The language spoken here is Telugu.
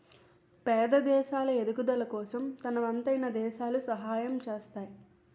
పేద దేశాలు ఎదుగుదల కోసం తనవంతమైన దేశాలు సహాయం చేస్తాయి